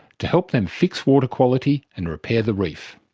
to help them fix water quality and repair the reef.